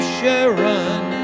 Sharon